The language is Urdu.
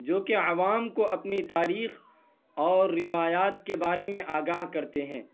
جو کہ عوام کو اپنی تاریخ اور روایات کے بارے میں آگاہ کرتے ہیں